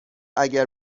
اگر